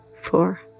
four